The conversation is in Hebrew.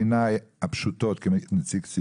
בעיניי הפשוטות כנציג ציבור.